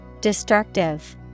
Destructive